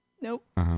Nope